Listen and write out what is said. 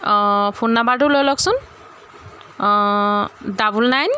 অঁ ফোন নম্বৰটো লৈ লওকচোন অঁ ডাবল নাইন